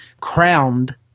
crowned